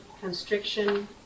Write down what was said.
constriction